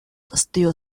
still